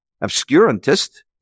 obscurantist